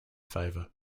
favour